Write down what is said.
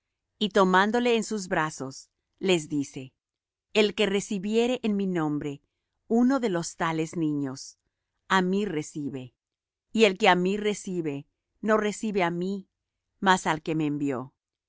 y tomándole en sus brazos les dice el que recibiere en mi nombre uno de los tales niños á mí recibe y el que á mí recibe no recibe á mí mas al que me envió